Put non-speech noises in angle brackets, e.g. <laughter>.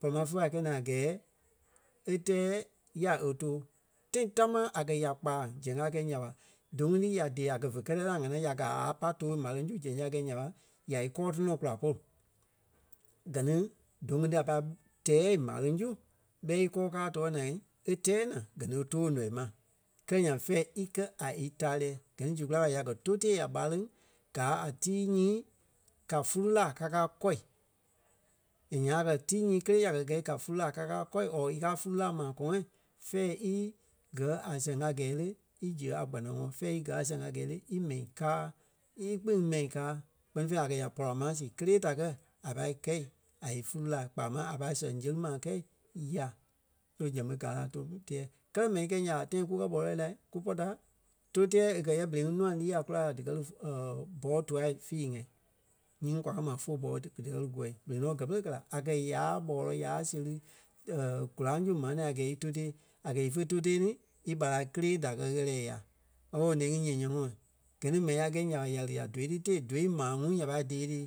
pɔri ma fe pai kɛi naa a gɛɛ í tɛɛ ya é too. Tãi támaa a kɛ̀ ya kpàaŋ zɛŋ a kɛi nya ɓa dou ŋuŋ tí ya dée a kɛ̀ fe kɛtɛ tí a ŋánaa ya gaa a pai too m̀áleŋ su zɛŋ ya gɛi nya ɓa, ya í kɔɔ tɔnɔ kula polu. Gɛ ni dou ŋuŋ a pâi tɛɛ m̀áleŋ su ɓɛi íkɔɔ káa tɔɔi naa e tɛɛ naa gɛ ni é tòo nɔii ma. Kɛ́lɛ nyaŋ fɛ̀ɛ íkɛ a ítarei gɛ ni zu kula ɓa, ya kɛ̀ tóu tée a ɓáleŋ gaa a tíi nyii ka fúlu-laa kakaa kɔ̂i. And nyaŋ a kɛ̀ tíi nyii kélee ya kɛ̀ gɛi ka fúlu-laa kakaa kɔ̂i or í kàa fúlu-laa maa-kɔ̃ɔŋ fɛ̂ɛ í gɛ̀ a sɛŋ a gɛɛ lé, íziɣe a kpanaŋɔɔ fɛ̀ɛ íkɛ a sɛŋ a gɛɛ lé ímɛi káa. Íkpîŋ mɛi káa kpɛ́ni fêi a kɛ̀ ya pɔra ma sii kélee da kɛ a pai kɛi a ífulu-laa kpaa mȧŋ a pai sɛŋ séri ma kɛi ya. So zɛŋ ɓé gáa a tou teɛ́ɛ. Kɛ́lɛ mɛni kɛi nya ɓa tãi kukɛ ɓɔlɛɛi la kú pɔ́-taai tóu teɛ́ɛ e kɛ̀ yɛ berei ɓé nûa lîi a kula la díkɛ lí <hesitation> boy dûa fii-ŋa nyii kwa kɛ ma footbaal ti díkɛ lí gɔ̂i berei nɔ gɛ́ pere e la. A kɛ̀ yaa ɓɔlɔi ya séri <hesitation> kóraŋ su maa nɛ̃ɛ a gɛɛ í tou tée, a kɛ̀ ífe tou tée ní íɓarâa kélee da kɛ̀ ɣɛ́lɛ ya ooo ne-ŋí nyɛ-yɛŋɔɔ. Gɛ ni mɛni a kɛi nya ɓa ya lí ya dou ti tée, dou maa ŋuŋ nya pai dée tí